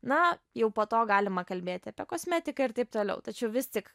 na jau po to galima kalbėti apie kosmetiką ir taip toliau tačiau vis tik